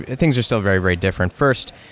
ah things are still very, very different. first,